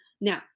Now